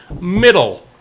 middle